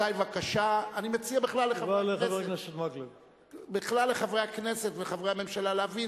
אני מציע בכלל לחברי הכנסת ולחברי הממשלה להבין: